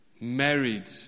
Married